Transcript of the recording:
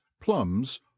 Plums